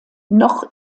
noch